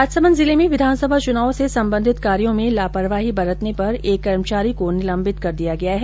राजसमंद जिले में विधानसभा चुनाव से संबंधित कार्यो में लापरवाही बरतने पर एक कर्मचारी को निलम्बित कर दिया गया है